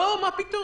לא, מה פתאום,